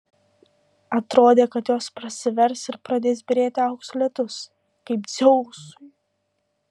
atrodė kad jos prasivers ir pradės byrėti aukso lietus kaip dzeusui